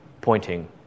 pointing